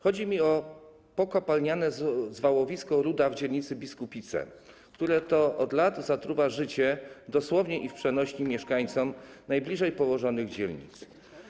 Chodzi mi o pokopalniane zwałowisko Ruda w dzielnicy Biskupice, które to od lat zatruwa życie - dosłownie i w przenośni - mieszkańcom najbliżej położonych dzielnic.